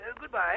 Goodbye